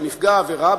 לנפגע העבירה,